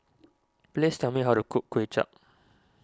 please tell me how to cook Kuay Chap